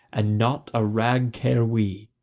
and not a rag care we.